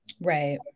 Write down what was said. right